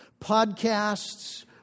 Podcasts